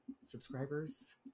subscribers